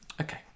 Okay